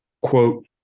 quote